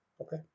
Okay